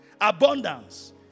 abundance